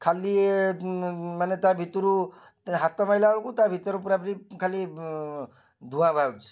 ଖାଲି ମାନେ ତା' ଭିତରୁ ହାତ ମରିଲା ବେଳକୁ ତା' ଭିତର ପୁରା ପୁରି ଖାଲି ଧୂଆଁ ବାହାରୁଛି